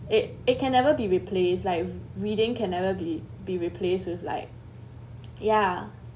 it it can never be replaced like reading can never be be replaced with like ya